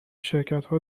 شرکتها